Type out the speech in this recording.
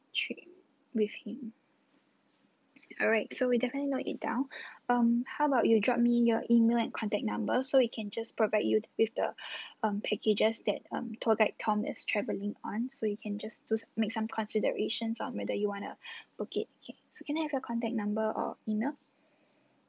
trip with him alright so we definitely note it down um how about you drop me your email and contact number so we can just provide you with the um packages that um tour guide tom is travelling on so you can just do some make some considerations on whether you want to book it so can I have your contact number or email